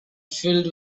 filled